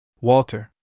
Walter